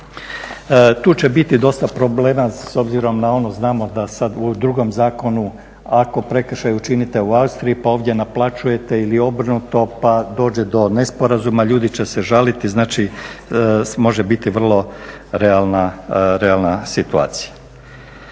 Tu će biti dosta problema s obzirom na ono znamo da sad u drugom zakonu ako prekršaj učinite u Austriji pa ovdje naplaćujete ili obrnuto pa dođe do nesporazuma ljudi će se žaliti. Znači, može biti vrlo realna situacija.